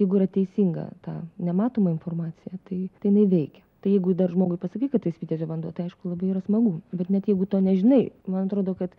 jeigu yra teisinga ta nematoma informacija tai tai jinai veikia tai jeigu dar žmogui pasakai kad tai svitjazio vanduo tai aišku labai yra smagu bet net jeigu to nežinai man atrodo kad